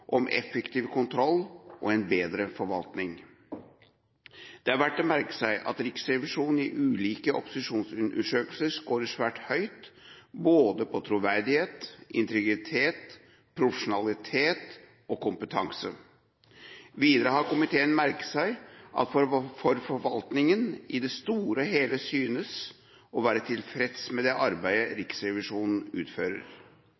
om effektiv kontroll og en bedre forvaltning. Det er verdt å merke seg at Riksrevisjonen i ulike opinionsundersøkelser scorer svært høyt på både troverdighet, integritet, profesjonalitet og kompetanse. Videre har komiteen merket seg at forvaltningen i det store og hele synes å være tilfreds med det arbeidet